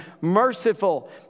merciful